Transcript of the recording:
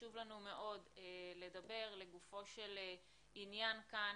חשוב לנו מאוד לדבר לגופו של עניין כאן